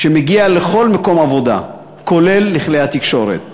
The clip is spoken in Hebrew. שמגיע לכל מקום עבודה, כולל לכלי התקשורת,